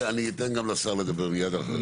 אני אתן גם לשר לדבר מיד אחרי.